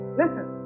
listen